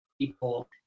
people